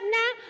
now